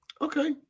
Okay